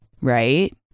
right